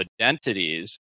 identities